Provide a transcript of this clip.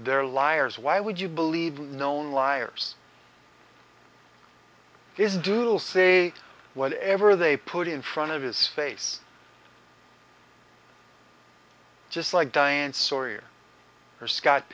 they're liars why would you believe that known liars is dual say whatever they put in front of his face just like diane sawyer or scott